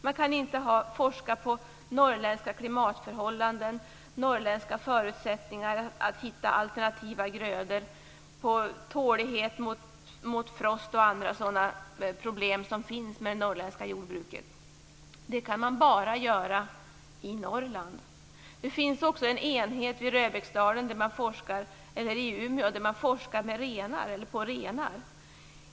Man kan inte forska på norrländska klimatförhållanden, norrländska förutsättningar att hitta alternativa grödor, tålighet mot frost och andra problem som finns i det norrländska jordbruket. Det kan man bara göra i Det finns också en enhet i Umeå där man forskar på renar.